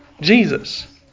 Jesus